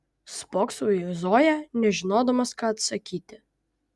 spoksau į zoją nežinodamas ką atsakyti